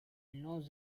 knows